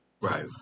Right